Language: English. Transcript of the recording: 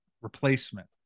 replacement